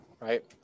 right